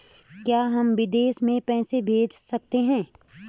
क्या हम विदेश में पैसे भेज सकते हैं?